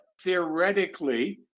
theoretically